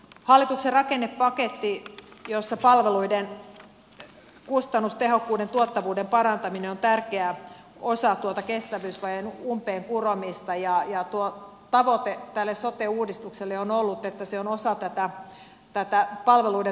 hallituksen rakennepaketissa palveluiden kustannustehokkuuden ja tuottavuuden parantaminen on tärkeä osa tuota kestävyysvajeen umpeen kuromista ja tuo tavoite tälle sote uudistukselle on ollut että se on osa tätä palveluiden tuottavuutta